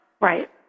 Right